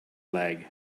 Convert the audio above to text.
leg